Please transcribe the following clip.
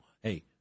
hey